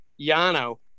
Yano